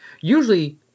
Usually